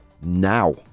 now